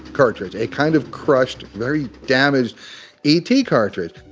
cartridge. a kind of crushed, very damaged e t. cartridge